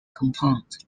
compound